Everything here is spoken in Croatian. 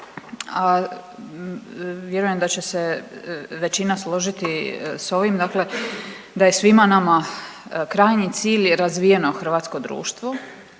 a vjerujem da će se većina složiti s ovim, dakle da je svima nama, krajnji cilj je razvijeno hrvatsko društvo,